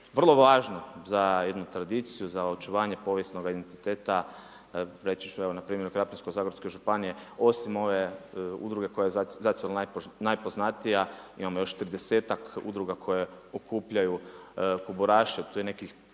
vrlo važno za jednu tradiciju, za očuvanje povijesnoga identiteta. Reći ću evo npr. Krapinsko-zagorska županija osim ove udruge koja je zacijelo najpoznatija imamo još tridesetak udruga koje okupljaju kuburaše, to je nekih